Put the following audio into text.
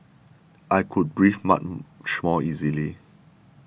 I could breathe much more easily